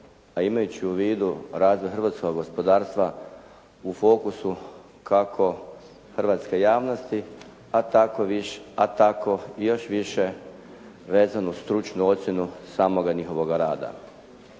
a imaju u vidu razvoj hrvatskog gospodarstva u fokusu kako hrvatske javnosti, a tako i još više vezan uz stručnu ocjenu samoga njihovoga rada.